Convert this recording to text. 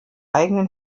eigenen